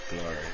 Glory